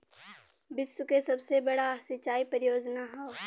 विश्व के सबसे बड़ा सिंचाई परियोजना हौ